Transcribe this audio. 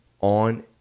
on